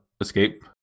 escape